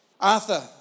Arthur